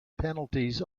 penalties